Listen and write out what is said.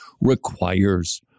requires